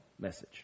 message